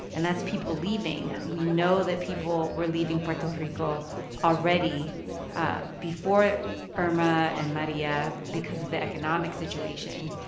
and that's people leaving. we know that people were leaving puerto rico already ah before irma and maria because of the economic situation.